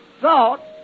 thought